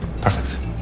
Perfect